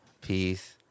Peace